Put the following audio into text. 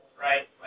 right